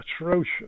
atrocious